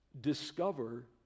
discover